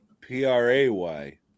P-R-A-Y